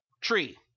tree